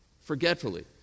Forgetfully